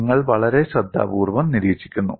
നിങ്ങൾ വളരെ ശ്രദ്ധാപൂർവ്വം നിരീക്ഷിക്കുന്നു